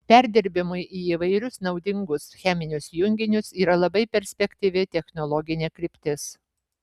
perdirbimui į įvairius naudingus cheminius junginius yra labai perspektyvi technologinė kryptis